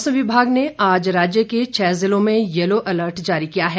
मौसम विभाग ने आज राज्य के छः जिलों में येलो अलर्ट जारी किया है